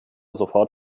sofort